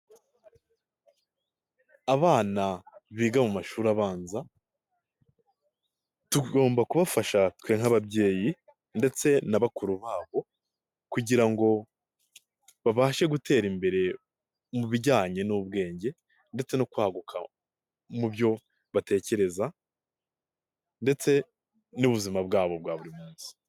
Abana biga mu mashuri abanza tugomba kubafasha twe nk'ababyeyi ndetse na bakuru babo kugira ngo babashe gutera imbere mu bijyanye n'ubwenge ndetse no kwaguka mu byo batekereza ndetse n'ubuzima bwabo bwa buri munsi.